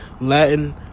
latin